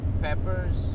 peppers